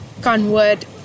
convert